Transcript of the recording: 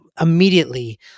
immediately